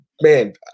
man